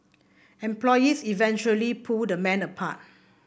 employees eventually pulled the men apart